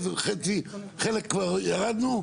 זה חצי, חלק כבר ירדנו?